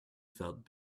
felt